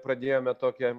pradėjome tokią